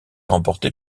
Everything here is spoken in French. remporté